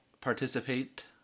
participate